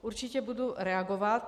Určitě budu reagovat.